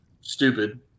stupid